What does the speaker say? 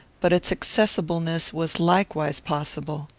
but its accessibleness was likewise possible.